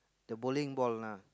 the bowling ball lah